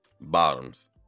bottoms